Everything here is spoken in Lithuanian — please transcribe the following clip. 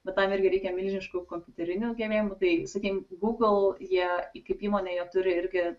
bet tam irgi reikia milžiniškų kompiuterinių gebėjimų tai sakykim gūgl jie kaip įmonė jie turi irgi